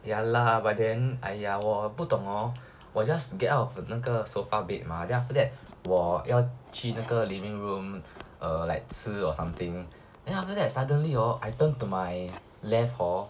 ya lah but then !aiya! 我不懂 orh 我 just get out of the 那个 sofa bed mah then after that 我要去那个 living room or like 吃 or something then after that suddenly or I turn to my left hor